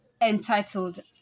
entitled